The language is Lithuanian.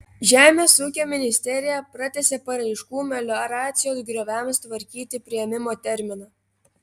žemės ūkio ministerija pratęsė paraiškų melioracijos grioviams tvarkyti priėmimo terminą